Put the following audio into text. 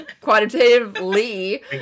Quantitatively